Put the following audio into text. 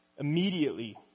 Immediately